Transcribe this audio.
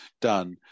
done